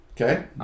Okay